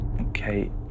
Okay